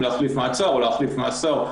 להחליף מעצר או להחליף מאסר,